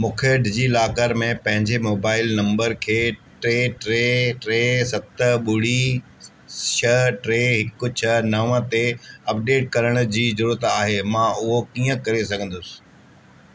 मूंखे डिजिलॉकर में पंहिंजे मोबाइल नंबर खे टे टे टे सत ॿुड़ी छह टे हिकु छह नव ते अपडेट करण जी ज़रूरत आहे मां उहो कीअं करे सघंदुसि